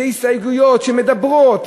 אלה הסתייגויות שמדברות,